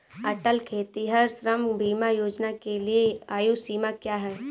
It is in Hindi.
अटल खेतिहर श्रम बीमा योजना के लिए आयु सीमा क्या है?